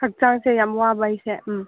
ꯍꯛꯆꯥꯡꯁꯦ ꯌꯥꯝ ꯋꯥꯕ ꯑꯩꯁꯦ ꯎꯝ